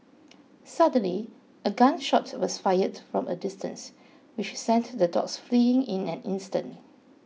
suddenly a gun shot was fired from a distance which sent the dogs fleeing in an instant